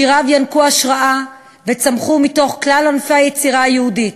שיריו ינקו השראה וצמחו מתוך כלל ענפי היצירה היהודית: